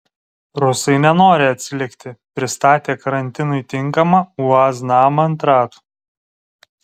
rusai nenori atsilikti pristatė karantinui tinkamą uaz namą ant ratų